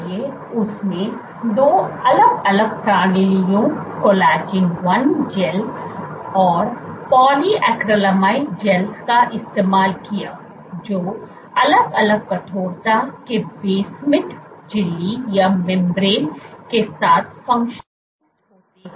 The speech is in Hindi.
इसलिए उसने दो अलग अलग प्रणालियों कोलेजन 1 जैल और पॉलीक्रैलेमाइड जैल का इस्तेमाल किया जो अलग अलग कठोरता के बेसमेंट झिल्ली के साथ फंक्शनलैस्ड होते हैं